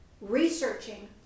researching